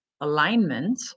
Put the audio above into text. alignment